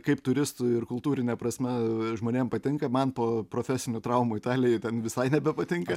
kaip turistų ir kultūrine prasme žmonėm patinka man po profesinių traumų italijoj ten visai nebepatinka